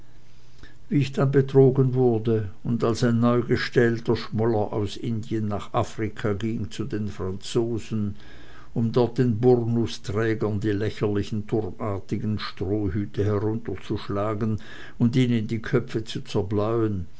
wie ich dann betrogen wurde und als ein neugestählter schmoller aus indien nach afrika ging zu den franzosen um dort den burnusträgern die lächerlichen turmartigen strohhüte herunterzuschlagen und ihnen die köpfe zu